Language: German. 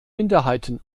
minderheiten